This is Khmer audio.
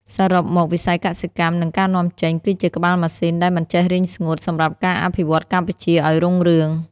សរុបមក វិស័យកសិកម្ម និងការនាំចេញ គឺជាក្បាលម៉ាស៊ីនដែលមិនចេះរីងស្ងួត សម្រាប់ការអភិវឌ្ឍកម្ពុជាឱ្យរុងរឿង។